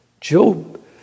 Job